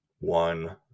one